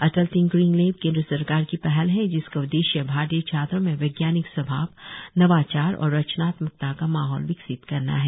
अटल tinkering lab केंद्र सरकार की पहल है जिसका उद्देश्य भारतीय छात्रों में वैज्ञानिक स्वभाव नवाचार और रचनात्मकता का माहौल विकसित करना है